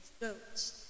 goats